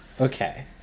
okay